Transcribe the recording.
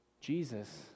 Jesus